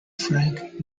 frank